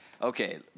okay